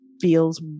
feels